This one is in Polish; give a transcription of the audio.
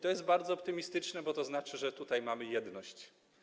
To jest bardzo optymistyczne, bo to znaczy, że tutaj mamy jedność.